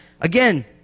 Again